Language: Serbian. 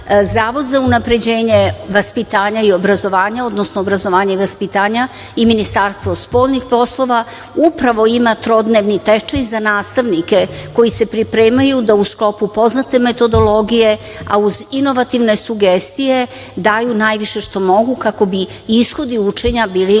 Zavod za unapređenje obrazovanja i vaspitanja i Ministarstvo spoljnih poslova upravo ima trodnevni tečaj za nastavnike koji se pripremaju da u sklopu poznate metodologije, a uz inovativne sugestije daju najviše što mogu kako bi ishodi učenja bili na